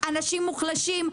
אנשים מוחלשים,